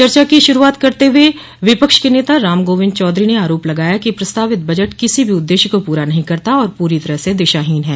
चर्चा की शुरूआत करते हुए विपक्ष के नेता राम गोविन्द चौधरी ने आरोप लगाया कि प्रस्तावित बजट किसी भी उद्देश्य को पूरा नहीं करता है और पूरी तरह से दिशाहीन है